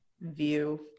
view